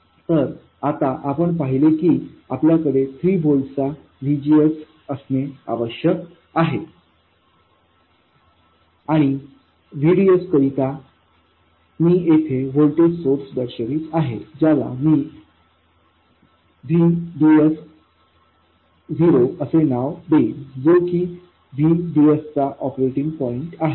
तर आता आपण पाहिले की आपल्याकडे 3 व्होल्टचा VGSअसणे आवश्यक आहे आणि VDSकरिता मी येथे व्होल्टेज सोर्स दर्शवित आहे ज्याला मी VDS0 असे नाव देईन जो की VDSचा ऑपरेटिंग पॉईंट आहे